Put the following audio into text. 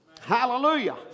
Hallelujah